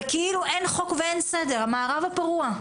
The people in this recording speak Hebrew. וכאילו אין חוק ואין סדר, המערב הפרוע,